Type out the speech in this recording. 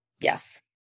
Yes